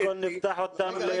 קודם כל נפתח אותם לתוך הארץ.